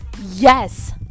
Yes